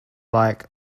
like